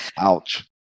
Ouch